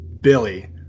Billy